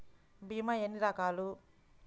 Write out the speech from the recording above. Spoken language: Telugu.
భీమ ఎన్ని రకాలు?